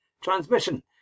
transmission